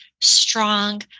strong